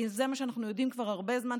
כי זה מה שאנחנו יודעים כבר הרבה זמן,